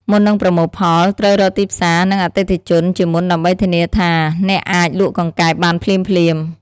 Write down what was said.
មុននឹងប្រមូលផល ត្រូវរកទីផ្សារ និង អតិថិជន ជាមុនដើម្បីធានាថាអ្នកអាចលក់កង្កែបបានភ្លាមៗ។